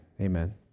Amen